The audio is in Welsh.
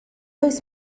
oes